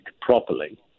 properly